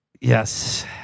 Yes